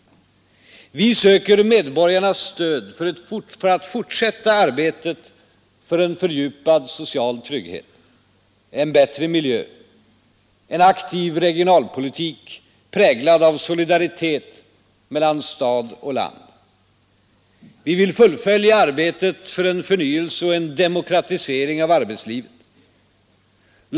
Vi söker medborgarnas stöd för att fortsätta arbetet för en fördjupad social trygghet, en bättre miljö, en aktiv regionalpolitik präglad av solidaritet mellan och land. Vi vill fullfölja arbetet för en förny och en demokrati av arbetslivet.